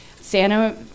Santa